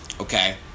Okay